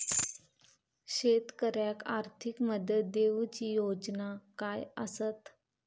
शेतकऱ्याक आर्थिक मदत देऊची योजना काय आसत?